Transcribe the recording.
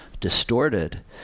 distorted